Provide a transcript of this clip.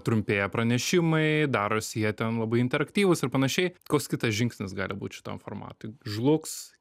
trumpėja pranešimai darosi jie ten labai interaktyvūs ir panašiai koks kitas žingsnis gali būt šitam formatai žlugs